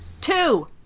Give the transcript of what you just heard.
Two